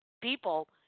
people